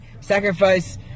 sacrifice